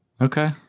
Okay